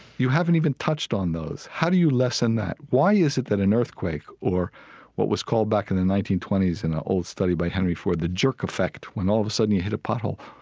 you haven't even touched on those. how do you lessen that? why is it that an earthquake or what was called back in the nineteen twenty s in an old study by henry ford, the jerk effect when all of a sudden you hit a pothole,